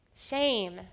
Shame